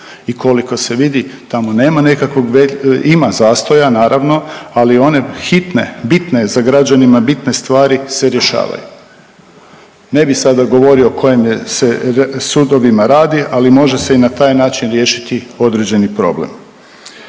I koliko se vidi tamo nema nekakvog, ima zastoja naravno, ali one hitne, bitne za građanima bitne stvari se rješavaju. Ne bi sada govorio o kojem se sudovima radi, ali može se i na taj način riješiti određeni problem.